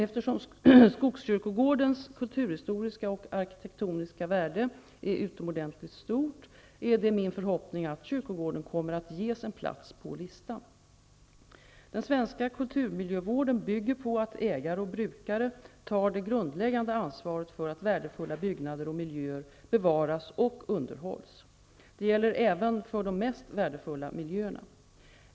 Eftersom Skogskyrkogårdens kulturhistoriska och arkitektoniska värde är utomordentligt stort är det min förhoppning att kyrkogården kommer att ges en plats på listan. Den svenska kulturmiljövården bygger på att ägare och brukare tar det grundläggande ansvaret för att värdefulla byggnader och miljöer bevaras och underhålls. Det gäller även för de mest värdefulla miljöerna.